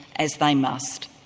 as they must.